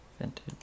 Vintage